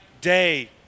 day